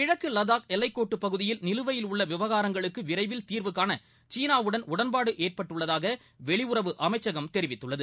கிழக்குலடாக் எல்லைக் கோட்டுபகுதியில் நிலுவையில் உள்ளவிவகாரங்களுக்குவிரைவில் தீர்வு காணசீனாவுடன் உடன்பாடுஏற்பட்டுள்ளதாகவெளியுறவு அமைச்சகம் தெரிவித்துள்ளது